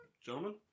Gentlemen